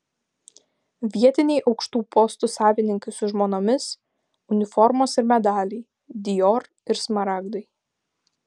vietiniai aukštų postų savininkai su žmonomis uniformos ir medaliai dior ir smaragdai